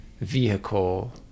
vehicle